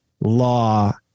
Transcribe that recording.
law